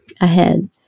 ahead